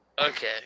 Okay